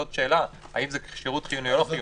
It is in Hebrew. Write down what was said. זו שאלה האם זה שירות חיוני או לא שירות חיוני.